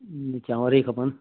चांवर ई खपनि